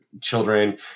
children